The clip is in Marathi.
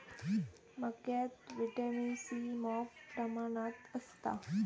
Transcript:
मक्यात व्हिटॅमिन सी मॉप प्रमाणात असता